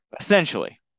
Essentially